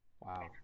Wow